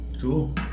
Cool